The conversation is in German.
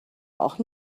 auch